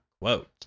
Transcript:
Quote